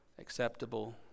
acceptable